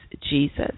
Jesus